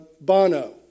Bono